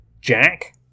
Jack